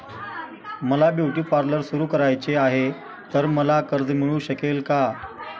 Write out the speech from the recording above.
मला beauty parlour सुरू करायचे आहे तर मला कर्ज मिळू शकेल का?